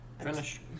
Finish